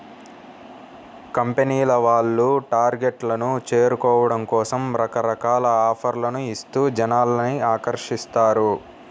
కంపెనీల వాళ్ళు టార్గెట్లను చేరుకోవడం కోసం రకరకాల ఆఫర్లను ఇస్తూ జనాల్ని ఆకర్షిస్తారు